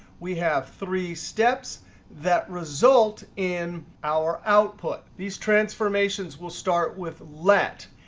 we have three steps that result in our output. these transformations will start with let.